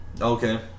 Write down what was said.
Okay